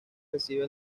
recibe